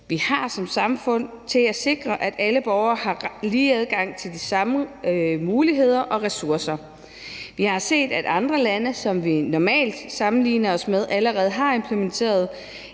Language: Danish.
vi har som samfund til at sikre, at alle borgere har lige adgang til de samme muligheder og ressourcer. Vi har set, at andre lande, som vi normalt sammenligner os med, allerede har implementeret